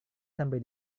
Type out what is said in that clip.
sampai